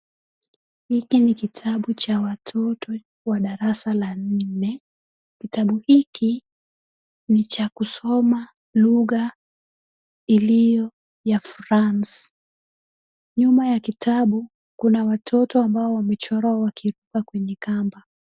Hiki ni kitabu cha watoto wa darasa la nne. Kitabu hiki ni cha kusoma lugha iliyo ya France . Nyuma ya kitabu kuna watoto ambao wamechorwa wakiruka kwenye kamba.